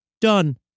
Done